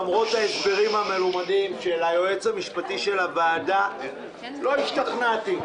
למרות ההסברים המלומדים של היועץ המשפטי של הוועדה לא השתכנעתי.